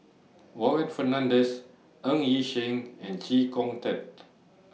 Warren Fernandez Ng Yi Sheng and Chee Kong Tet